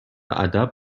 ادب